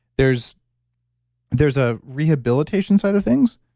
there's there's a rehabilitation side of things,